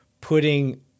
putting